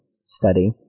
study